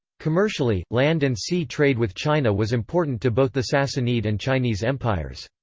commercially, land and sea trade with china was important to both the sassanid and chinese empires.